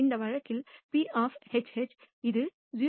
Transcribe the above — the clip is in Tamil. இந்த வழக்கில் P இது 0